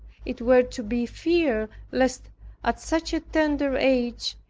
it were to be feared lest at such a tender age,